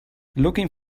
looking